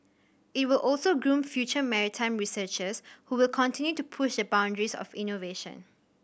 it will also groom future maritime researchers who will continue to push the boundaries of innovation